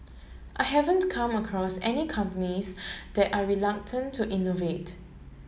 I haven't come across any companies that are reluctant to innovate